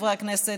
חברי הכנסת,